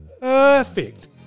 Perfect